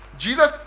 Jesus